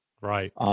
Right